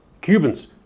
Cubans